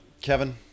Kevin